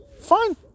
fine